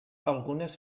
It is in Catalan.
algunes